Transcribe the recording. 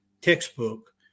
textbook